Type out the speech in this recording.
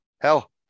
Hell